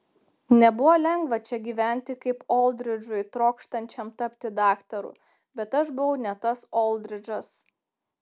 nebuvo lengva čia gyventi kaip oldridžui trokštančiam tapti daktaru bet aš buvau ne tas oldridžas